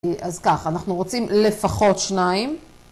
אז ככה, אנחנו רוצים לפחות שניים